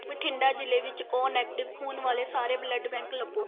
ਬਠਿੰਡਾ ਜ਼ਿਲ੍ਹੇ ਵਿੱਚ O negative ਖੂਨ ਵਾਲੇ ਸਾਰੇ ਬਲੱਡ ਬੈਂਕ ਲੱਭੋ